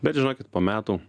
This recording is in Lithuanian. bet žinokit po metų